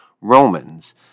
Romans